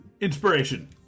Inspiration